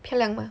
漂亮吗